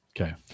Okay